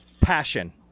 Passion